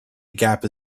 gap